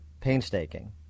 painstaking